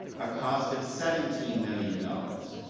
a cost of seventeen million dollars.